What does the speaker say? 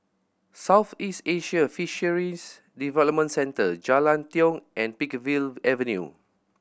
Southeast Asian Fisheries Development Centre Jalan Tiong and Peakville Avenue